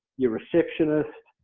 your receptionist,